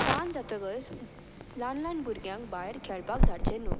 सान जातकच ल्हान ल्हान भुरग्यांक भायर खेळपाक धाडचे न्हू